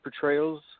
portrayals